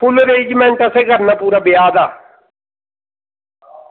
पूरा अरेंजमेंट असें करना ब्याह् दा